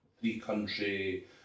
three-country